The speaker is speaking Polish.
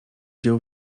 dzieł